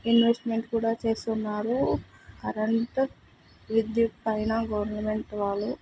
investment కూడా చేస్తున్నారు అదంతా విద్యుత్తు పైన గవర్నమెంట్ వాళ్ళు